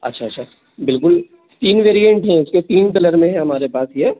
अच्छा अच्छा बिल्कुल तीन वैरिएंट है इसके तीन कलर में है हमारे पास ये